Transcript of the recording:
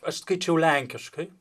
aš skaičiau lenkiškai